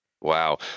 Wow